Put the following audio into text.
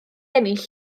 ennill